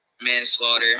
Manslaughter